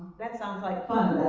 that sounds like fun,